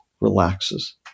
relaxes